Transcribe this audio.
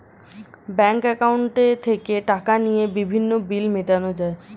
bank অ্যাকাউন্টে থেকে টাকা নিয়ে বিভিন্ন বিল মেটানো যায়